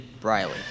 Briley